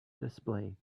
display